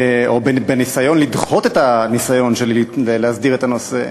או בניסיון לדחות את הניסיון שלי להסדיר את הנושא,